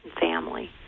family